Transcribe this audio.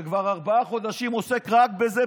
שכבר ארבעה חודשים עוסק רק בזה.